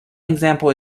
example